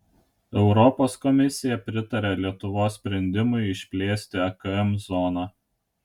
europos komisija pritarė lietuvos sprendimui išplėsti akm zoną